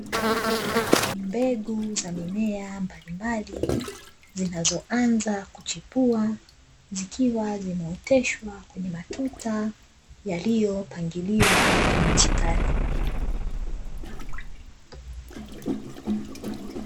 Mbegu za mimea mbalimbali zinazoanza kuchipua, zikiwa zimeoteshwa kwenye matuta yaliyopangiliwa kwenye mstari.